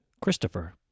Christopher